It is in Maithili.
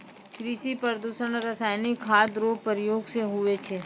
कृषि प्रदूषण रसायनिक खाद रो प्रयोग से हुवै छै